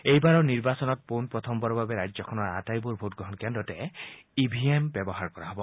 এইবাৰৰ নিৰ্বাচনত পোনপ্ৰথমবাৰৰ বাবে ৰাজ্যখনৰ আটাইবোৰ ভোটগ্ৰহণ কেন্দ্ৰতে ই ভি এম ব্যৱহাৰ কৰা হ'ব